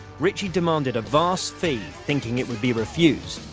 richie demanded a vast fee thinking it would be refused,